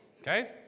Okay